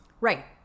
right